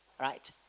right